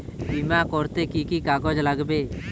বিমা করতে কি কি কাগজ লাগবে?